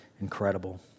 incredible